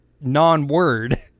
non-word